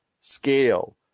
scale